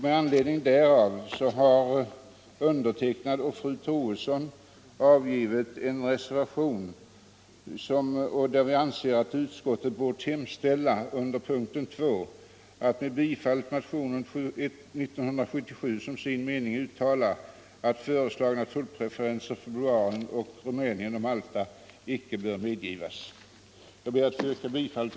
Med anledning därav har jag och fru Troedsson avgivit en reservation, där vi säger att